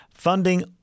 Funding